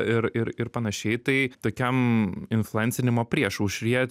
ir ir ir panašiai tai tokiam influencinimo priešaušryje